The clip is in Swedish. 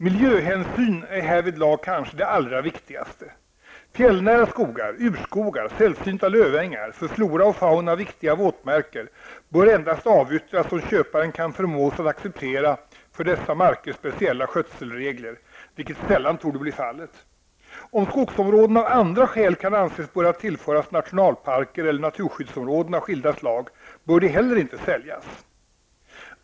Miljöhänsyn är härvidlag kanske allra viktigast: Fjällnära skogar, urskogar, sällsynta lövängr samt för flora och fauna viktiga våtmarker bör endast avyttras om köparen kan förmås att acceptera för dessa marker speciella skötselregler, vilket sällan torde bli fallet. Om det kan anses att skogsområdena av andra skäl bör tillföras nationalparker eller naturskyddsområden av skilda slag bör de heller inte säljas.